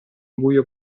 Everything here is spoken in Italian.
buio